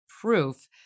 proof